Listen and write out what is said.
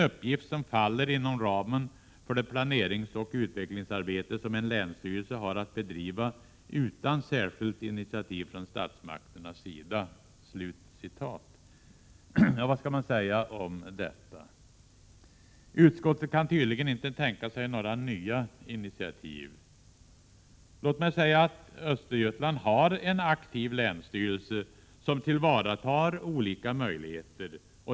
uppgift som faller inom ramen för det planeringsoch utvecklingsarbete som en länsstyrelse har att bedriva utan särskilt initiativ från statsmakternas sida.” Vad skall man säga om detta? Utskottet kan tydligen inte tänka sig några nya initiativ. Låt mig säga att Östergötland har en aktiv länsstyrelse, som tillvaratar olika möjligheter.